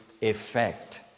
effect